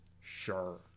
sure